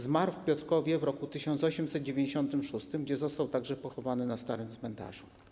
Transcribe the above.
Zmarł w Piotrkowie w roku 1896, gdzie został także pochowany, na Starym Cmentarzu.